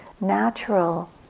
natural